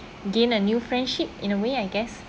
gained a new friendship in a way I guess